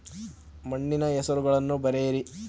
ಮಣ್ಣಿನ ಹೆಸರುಗಳನ್ನು ಬರೆಯಿರಿ